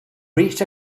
reached